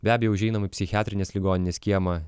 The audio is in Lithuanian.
be abejo užeinam į psichiatrinės ligoninės kiemą